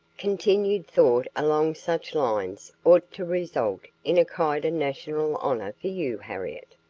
continued thought along such lines ought to result in a keda national honor for you, harriet.